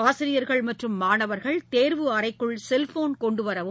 ஆசிரியர்கள் மற்றும் மாணவர்கள் தேர்வு அறைக்குள் செல்போள் கொண்டுவரவும்